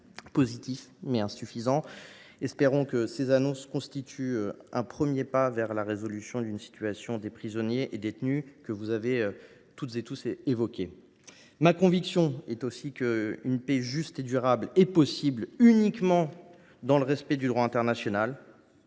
positif, mais insuffisant. Espérons que de telles annonces constituent un premier pas pour résoudre la situation des autres détenus, que vous avez tous évoquée. Ma conviction est aussi qu’une paix juste et durable se trouve possible uniquement dans le respect du droit international,